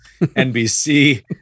NBC